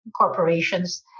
corporations